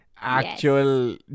actual